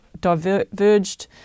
diverged